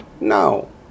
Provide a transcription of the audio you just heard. No